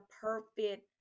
perfect